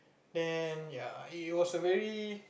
then ya it was a very